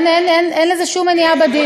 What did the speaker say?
אין לזה שום מניעה בדין.